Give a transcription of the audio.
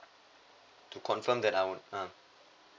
to confirm that I want ah